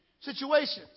Situations